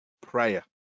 prayer